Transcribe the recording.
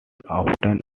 often